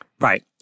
Right